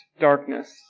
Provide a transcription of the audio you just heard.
darkness